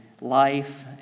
life